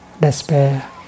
Despair